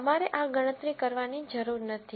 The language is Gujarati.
તમારે આ ગણતરી કરવાની જરૂર નથી